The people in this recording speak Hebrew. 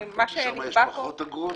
שם יש פחות אגרות?